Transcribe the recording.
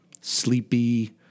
sleepy